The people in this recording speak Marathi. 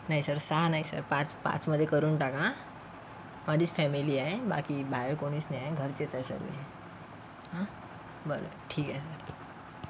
नाही सर सहा नाही सर पाच पाच मध्ये करून टाका अं माझीच फॅमिली आहे बाकी बाहेर कोणीच नाही आहे घरचेच आहे सगळे बरं ठीक आहे